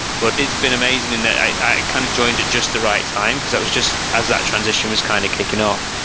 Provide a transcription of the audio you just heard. but it's been amazing and that i kind of joined at just the right time, because it was just as that transition was kind of kicking off.